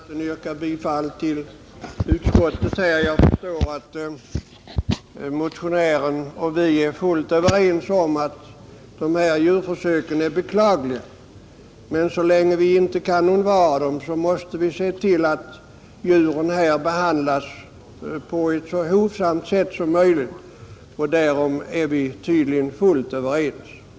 Herr talman! Jag har ingen anledning att yrka annat än bifall till utskottets hemställan i denna fråga, Motionären och vi är fullt överens om att djurförsök är beklagliga, men så länge de inte kan undvaras måste vi se till att djuren behandlas på ett så skonsamt sätt som möjligt. Därom är vi tydligen också fullt överens, Herr talman!